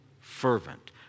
fervent